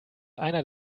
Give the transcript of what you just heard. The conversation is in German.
einer